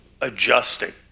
adjusting